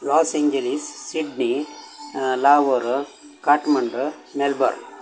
loss Angeles Sydney Lahore Kathmandu Melbourne